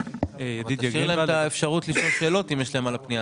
תן להם אפשרות לשאול שאלות על הפנייה